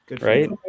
Right